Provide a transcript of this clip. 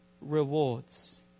rewards